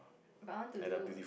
but I want to do